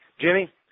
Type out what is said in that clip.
Jimmy